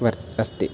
वर् अस्ति